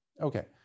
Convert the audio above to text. okay